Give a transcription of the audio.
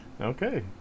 Okay